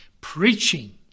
Preaching